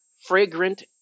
Fragrant